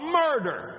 murder